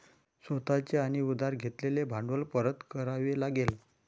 स्वतः चे आणि उधार घेतलेले भांडवल परत करावे लागेल